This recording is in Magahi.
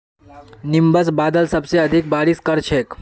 निंबस बादल सबसे अधिक बारिश कर छेक